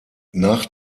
nach